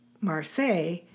Marseille